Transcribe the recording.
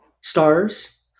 stars